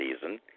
season